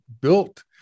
built